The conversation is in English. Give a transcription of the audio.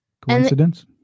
Coincidence